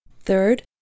Third